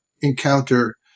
encounter